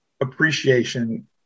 appreciation